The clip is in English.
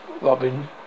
Robin